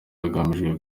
hagamijwe